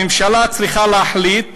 הממשלה צריכה להחליט